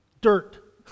Dirt